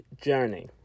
Journey